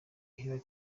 hillary